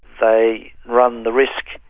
they run the risk,